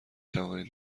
توانید